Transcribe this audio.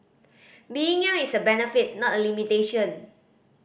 being young is a benefit not a limitation